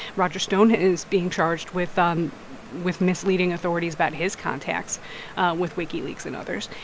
roger stone is being charged with um with misleading authorities about his contacts with wikileaks and others.